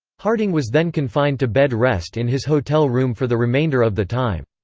harding was then confined to bed rest in his hotel room for the remainder of the time.